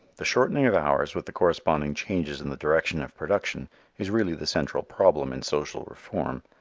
the shortening of hours with the corresponding changes in the direction of production is really the central problem in social reform.